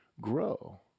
grow